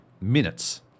minutes